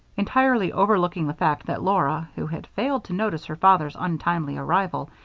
entirely overlooking the fact that laura, who had failed to notice her father's untimely arrival,